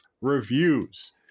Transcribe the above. reviews